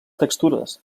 textures